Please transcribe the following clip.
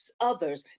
others